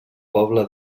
pobla